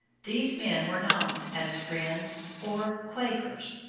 these men were known as friends or quakers.